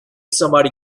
somebody